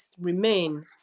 remain